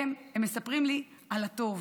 הן מספרות לי על הטוב,